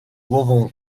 głową